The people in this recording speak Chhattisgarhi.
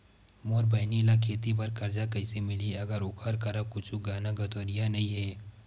मोर बहिनी ला खेती बार कर्जा कइसे मिलहि, अगर ओकर करा कुछु गहना गउतरा नइ हे?